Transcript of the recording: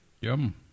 Yum